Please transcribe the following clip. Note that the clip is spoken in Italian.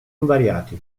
invariati